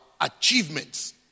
achievements